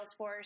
Salesforce